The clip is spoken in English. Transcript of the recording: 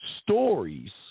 stories